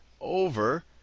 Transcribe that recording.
over